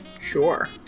Sure